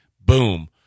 Boom